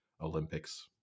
Olympics